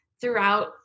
throughout